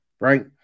right